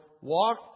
Walk